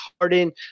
Harden